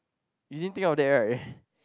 you didn't take out that right